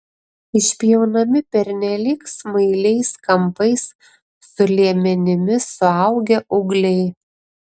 išpjaunami pernelyg smailiais kampais su liemenimis suaugę ūgliai